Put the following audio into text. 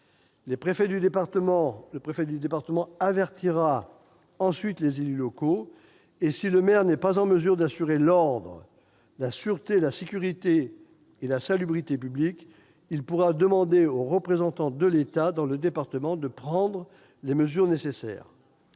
Le préfet de département avertira ensuite les élus locaux. Si le maire n'est pas en mesure d'assurer l'ordre, la sûreté, la sécurité et la salubrité publiques, il pourra demander au représentant de l'État dans le département de prendre les mesures nécessaires.